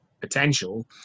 potential